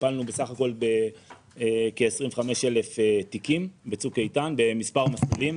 טיפלנו סך הכול בכ-25,000 תיקים בצוק איתן במספר מסלולים,